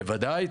בוודאי.